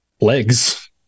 legs